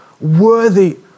worthy